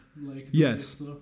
Yes